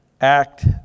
act